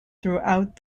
throughout